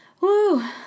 Woo